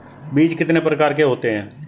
बीज कितने प्रकार के होते हैं?